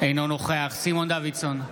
אינו נוכח סימון דוידסון,